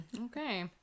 Okay